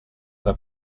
alla